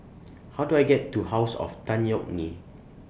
How Do I get to House of Tan Yeok Nee